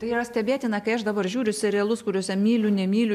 tai yra stebėtina kai aš dabar žiūriu serialus kuriuose myliu nemyliu